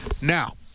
Now